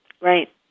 right